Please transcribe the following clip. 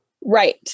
Right